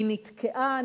היא נתקעה,